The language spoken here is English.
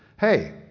hey